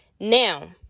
now